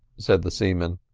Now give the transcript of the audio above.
said the seaman.